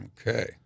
Okay